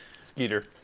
Skeeter